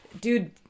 Dude